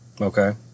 Okay